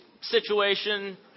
situation